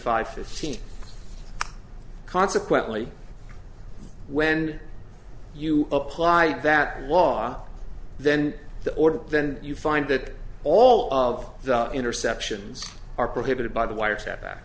five fifteen consequently when you apply that law then the order then you find that all of the interceptions are prohibited by the wire